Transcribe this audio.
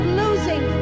losing